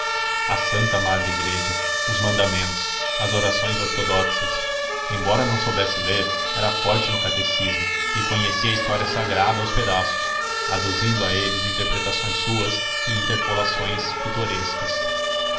a santa madre igreja os mandamentos as orações ortodoxas embora não soubesse ler era forte no catecismo e conhecia a história sagrada aos pedaços aduzindo a eles interpretações suas e